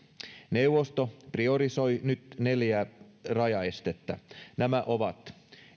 neuvosto priorisoi nyt neljää rajaestettä nämä ovat